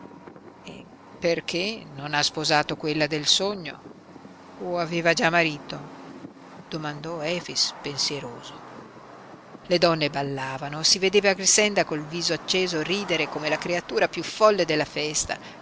donna perché non ha sposato quella del sogno o aveva già marito domandò efix pensieroso le donne ballavano si vedeva grixenda col viso acceso ridere come la creatura piú folle della festa